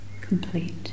complete